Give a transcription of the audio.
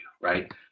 right